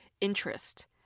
interest